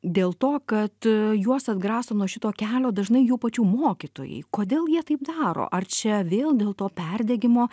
dėl to kad juos atgraso nuo šito kelio dažnai jų pačių mokytojai kodėl jie taip daro ar čia vėl dėl to perdegimo